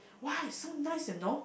why so nice you know